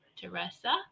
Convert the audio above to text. Teresa